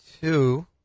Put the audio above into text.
two